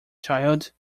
child